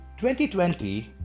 2020